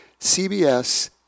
CBS